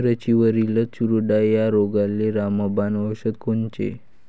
मिरचीवरील चुरडा या रोगाले रामबाण औषध कोनचे?